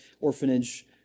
orphanage